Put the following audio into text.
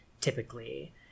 typically